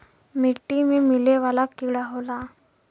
मिट्टी में मिले वाला कीड़ा होला